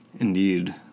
Indeed